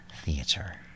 Theatre